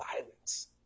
violence